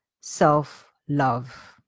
self-love